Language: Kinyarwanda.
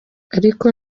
ariko